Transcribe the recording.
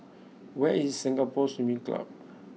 where is Singapore Swimming Club